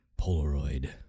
Polaroid